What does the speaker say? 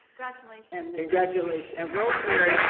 congratulations. congratulations. and rosemary